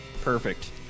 Perfect